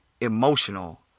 emotional